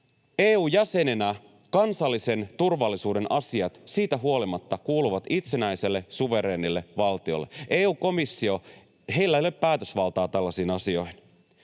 EU:n jäsenenä kansallisen turvallisuuden asiat siitä huolimatta kuuluvat itsenäiselle, suvereenille valtiolle. EU-komissiolla ei ole päätösvaltaa tällaisiin asioihin.